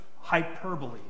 hyperbole